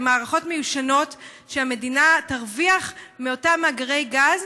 הן הערכות מיושנות שהמדינה תרוויח מאותם מאגרי גז,